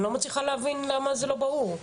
אני לא מצליחה להבין למה זה לא ברור.